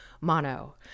mono